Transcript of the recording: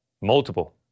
multiple